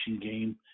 game